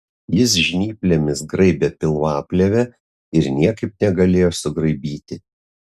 jis žnyplėmis graibė pilvaplėvę ir niekaip negalėjo sugraibyti